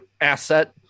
asset